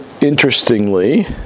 interestingly